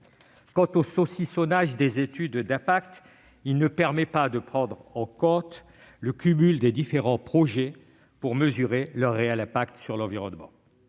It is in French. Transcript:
Quant au saucissonnage des études d'impact, il ne permettra pas de prendre en compte le cumul des différents projets et de mesurer leur impact réel sur l'environnement.